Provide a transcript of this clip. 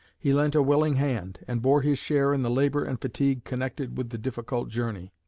he lent a willing hand, and bore his share in the labor and fatigue connected with the difficult journey.